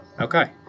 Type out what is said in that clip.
Okay